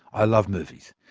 i love movies,